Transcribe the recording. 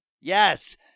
yes